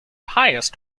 highest